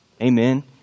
Amen